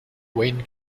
wayne